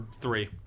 three